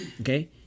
Okay